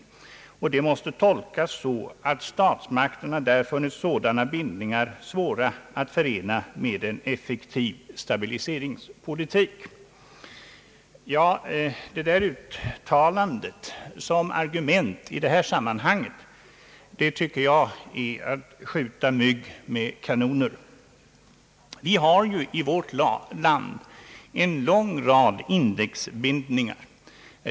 Uttalandet måste tolkas så att de finska statsmakterna funnit sådana bindningar svåra att förena med en effektiv stabiliseringspolitik. Att använda det argumentet i detta sammanhang tycker jag är att skjuta mygg med kanoner. Vi har i vårt land en lång rad indexbindningar.